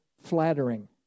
flattering